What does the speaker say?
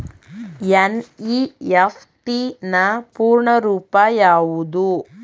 NEFT ನ ಪೂರ್ಣ ರೂಪ ಯಾವುದು?